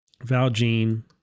Valjean